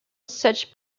such